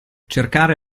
cercare